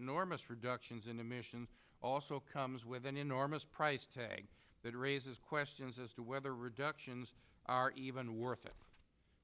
enormous reductions in emissions also comes with an enormous price tag that raises questions as to whether reductions are even worth it